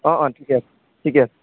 অঁ অঁ ঠিকে আছে ঠিকে আছে